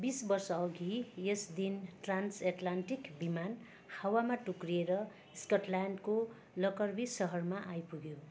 बिस वर्षअघि यस दिन ट्रान्सएटलान्टिक विमान हावामा टुक्रिएर स्कटल्यान्डको लकरबी सहरमा आइपुग्यो